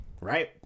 right